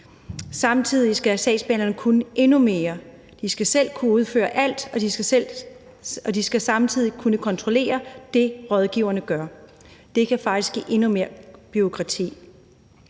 Samtidig skal sagsbehandlerne kunne endnu mere. De skal selv kunne udføre alt, og de skal samtidig kunne kontrollere det, rådgiverne gør. Det kan faktisk give endnu mere bureaukrati.